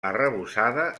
arrebossada